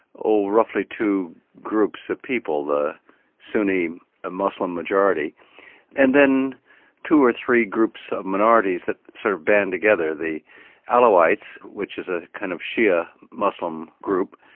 oh, roughly two groups of people. the sunni ah muslim majority and then two or three groups of minorities that sort of band together the alawites which is a kind of shia muslim group,